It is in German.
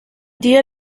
dir